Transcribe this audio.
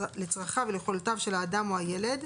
לצרכיהם וליכולותיו של האדם או הילד,